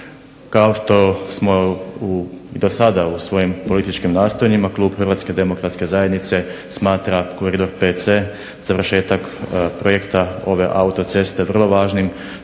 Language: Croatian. Kao što smo do sada u svojim političkim nastojanjima klub Hrvatske demokratske zajednice smatra koridor VC završetak projekta ove autoceste vrlo važnim,